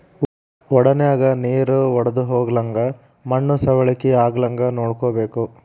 ವಡನ್ಯಾಗ ನೇರ ವಡ್ದಹೊಗ್ಲಂಗ ಮಣ್ಣು ಸವಕಳಿ ಆಗ್ಲಂಗ ನೋಡ್ಕೋಬೇಕ